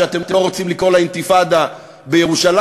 שאתם לא רוצים לקרוא לה "אינתיפאדה" בירושלים,